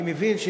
אני מבין,